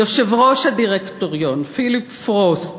יושב-ראש הדירקטוריון פיליפ פרוסט